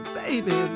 baby